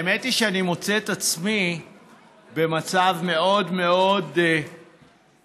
האמת היא שאני מוצא את עצמי במצב מאוד מאוד משונה.